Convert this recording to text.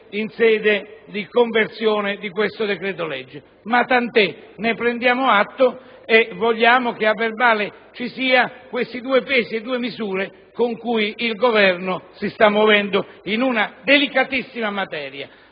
in sede di conversione del decreto-legge al nostro esame. Tant'è, ne prendiamo atto e vogliamo che a verbale risultino i due pesi e le due misure con cui il Governo si sta muovendo in una delicatissima materia: